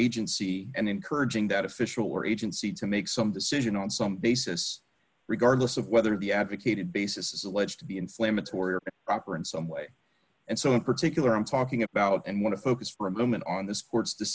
agency and encouraging that official or agency to make some decision on some basis regardless of whether the advocated basis is alleged to be inflammatory or proper in some way and so in particular i'm talking about and want to focus for a moment on this for its t